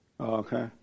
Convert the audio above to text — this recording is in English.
Okay